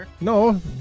no